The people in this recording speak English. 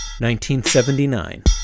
1979